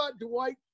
Dwight